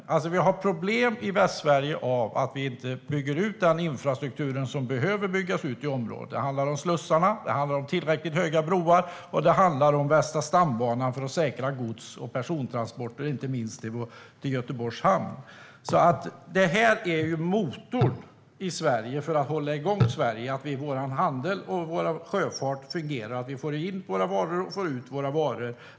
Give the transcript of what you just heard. Vi har problem i Västsverige för att vi inte bygger ut den infrastruktur som behöver byggas ut i området. Det handlar om slussarna, det handlar om tillräckligt höga broar och det handlar om Västra stambanan för att säkra gods och persontransporter, inte minst till Göteborgs hamn. Det här är motorn i Sverige för att hålla igång Sverige, för att vår handel och sjöfart ska fungera så att vi får in våra varor och får ut våra varor.